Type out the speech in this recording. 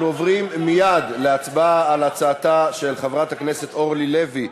אנחנו עוברים מייד להצבעה על הצעתה של חברת הכנסת אורלי לוי,